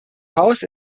haus